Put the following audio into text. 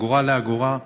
אגורה לאגורה.